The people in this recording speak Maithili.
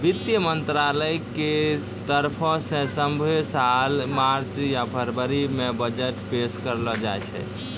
वित्त मंत्रालय के तरफो से सभ्भे साल मार्च या फरवरी मे बजट पेश करलो जाय छै